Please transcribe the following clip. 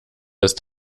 ist